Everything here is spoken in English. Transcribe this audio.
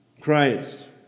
Christ